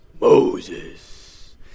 Moses